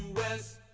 was